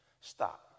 Stop